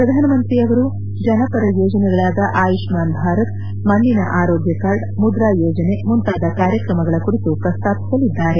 ಶ್ರಧಾನಮಂತ್ರಿಯವರು ಜನಪರ ಯೋಜನೆಗಳಾದ ಆಯುಷ್ನಾನ್ ಭಾರತ್ ಮಣ್ಣಿನ ಆರೋಗ್ಯ ಕಾರ್ಡ್ ಮುದ್ರಾ ಯೋಜನೆ ಮುಂತಾದ ಕಾರ್ಯಕ್ರಮಗಳ ಕುರಿತು ಪ್ರಸ್ತಾಪಿಸಲಿದ್ದಾರೆ